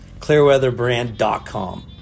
clearweatherbrand.com